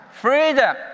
freedom